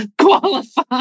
qualify